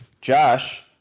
Josh